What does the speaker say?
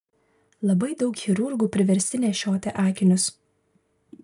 labai daug chirurgų priversti nešioti akinius